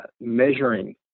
measuring